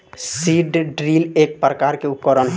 seed drill एक प्रकार के उकरण ह